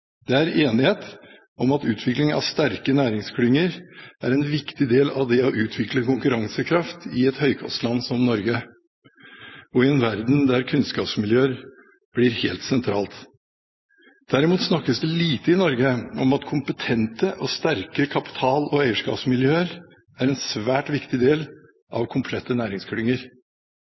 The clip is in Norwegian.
Det er enighet om at utvikling av sterke næringsklynger er en viktig del av det å utvikle konkurransekraft i et høykostland som Norge og i en verden der kunnskapsmiljøer blir helt sentralt. Derimot snakkes det lite i Norge om at kompetente og sterke kapital- og eierskapsmiljøer er en svært viktig del av komplette næringsklynger.